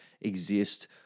exist